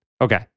Okay